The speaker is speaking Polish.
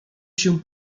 się